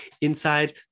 inside